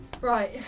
Right